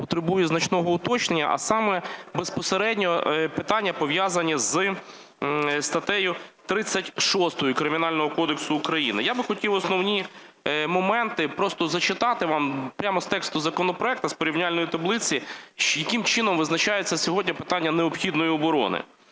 потребує значного уточнення, а саме безпосередньо питання, пов'язані зі статтею 36 Кримінального кодексу України. Я би хотів основні моменти просто зачитати вам просто з тексту законопроекту, з порівняльної таблиці, яким чином визначається сьогодні питання необхідної оборони.